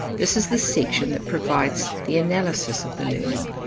this is the section that provides the analysis of the learning.